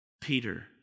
Peter